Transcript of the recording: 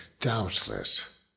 doubtless